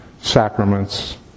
sacraments